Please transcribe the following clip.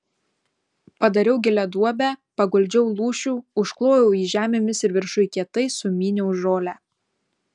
padariau gilią duobę paguldžiau lūšių užklojau jį žemėmis ir viršuj kietai sumyniau žolę